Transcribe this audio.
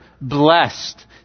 blessed